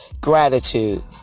gratitude